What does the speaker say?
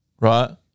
Right